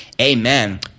Amen